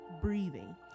breathing